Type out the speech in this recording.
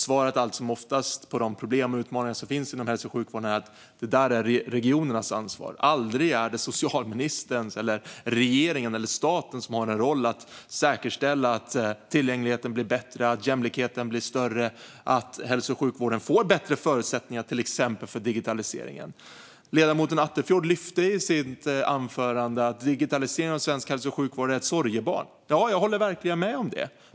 Svaret på de problem och utmaningar som finns inom hälso och sjukvården är allt som oftast: Det där är regionernas ansvar. Aldrig är det socialministern, regeringen eller staten som har en roll i att säkerställa att tillgängligheten blir bättre, att jämlikheten blir större och att hälso och sjukvården får bättre förutsättningar för till exempel digitalisering. Ledamoten Attefjord lyfte i sitt anförande att digitaliseringen av svensk hälso och sjukvård är ett sorgebarn. Jag håller verkligen med om det.